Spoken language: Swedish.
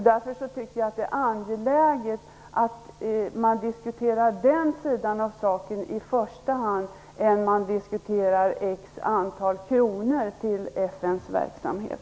Därför tycker jag att det är angelägnare att diskutera den sidan av saken än att diskutera antalet kronor till FN:s verksamhet.